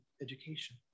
education